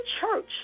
church